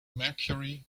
mercury